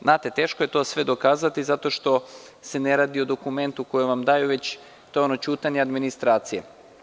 Znate, to je sve teško dokazati zato što se ne radi o dokumentu koji vam daju, već je to ono ćutanje administracije.